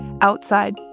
outside